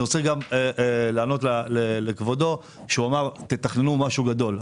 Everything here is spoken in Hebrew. אני רוצה לענות גם לכבודו שאמר שנתכנן משהו גדול.